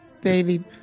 Baby